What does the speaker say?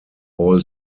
all